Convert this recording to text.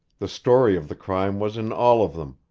the story of the crime was in all of them,